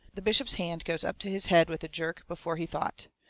the bishop's hand goes up to his head with a jerk before he thought.